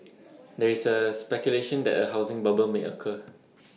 there is A speculation that A housing bubble may occur